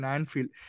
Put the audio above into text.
Anfield